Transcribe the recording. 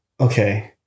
okay